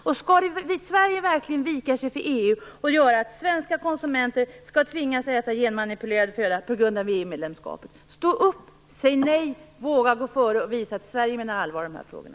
Och skall Sverige verkligen vika sig för EU så att svenska konsumenter tvingas äta genmanipulerad föda på grund av EU-medlemskapet? Stå upp, säg nej, våga gå före och visa att Sverige menar allvar i de här frågorna!